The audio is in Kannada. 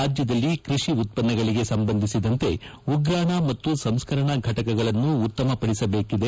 ರಾಜ್ಯದಲ್ಲಿ ಕೃಷಿ ಉತ್ತನ್ನಗಳಿಗೆ ಸಂಬಂಧಿಸಿದಂತೆ ಉತ್ತಾಣ ಮತ್ತು ಸಂಸ್ಕರಣಾ ಘಟಕಗಳನ್ನು ಉತ್ತಮ ಪಡಿಸಬೇಕಿದೆ